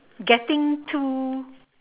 getting to